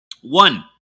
One